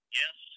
yes